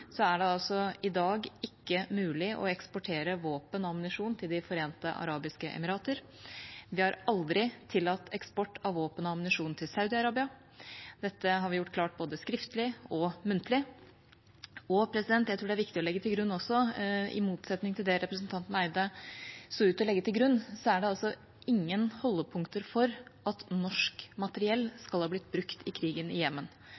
er det i dag ikke mulig å eksportere våpen og ammunisjon til De forente arabiske emirater. Vi har aldri tillatt eksport av våpen og ammunisjon til Saudi-Arabia. Dette har vi gjort klart både skriftlig og muntlig. Jeg tror det er viktig også å legge til grunn – i motsetning til det representanten Eide så ut til å legge til grunn – at det ikke er noen holdepunkter for at norsk materiell skal ha blitt brukt i